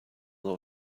low